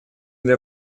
для